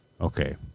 Okay